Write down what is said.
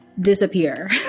disappear